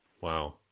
Wow